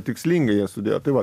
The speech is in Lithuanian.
tikslingai jas sudėjo tai va